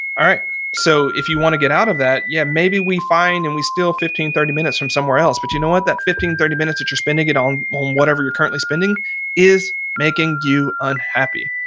all right so, if you want to get out of that, yeah, maybe we find and we steal fifteen, thirty minutes from somewhere else. but you know what? that fifteen, thirty minutes that you're spending on on whatever you're currently spending is making you unhappy.